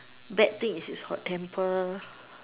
bad thing is his hot temper